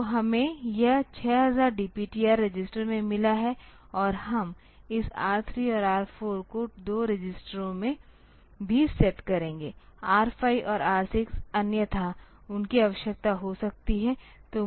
तो हमें यह 6000 DPTR रजिस्टर में मिला है और हम इस R3 और R4 को 2 रजिस्टर में भी सेट करेंगे R 5 और R 6 अन्यथा उनकी आवश्यकता हो सकती है